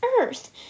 Earth